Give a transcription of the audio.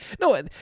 no